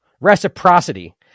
Reciprocity